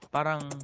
Parang